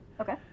Okay